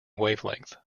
wavelength